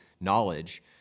knowledge